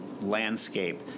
landscape